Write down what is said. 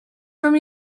from